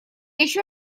еще